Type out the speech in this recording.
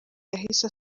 yahise